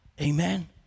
Amen